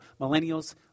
Millennials